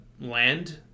land